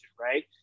right